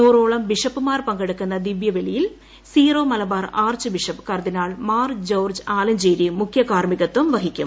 നൂറോളം ബിഷപ്പുമാർ പങ്കെടുക്കുന്ന ദിവ്യബലിയിൽ സീറോ മലബാർ ആർച്ച് ബിഷപ്പ് കർദിനാൾ മാർ ജോർജ് ആലഞ്ചേരി മുഖ്യകാർമികത്വം വഹിക്കും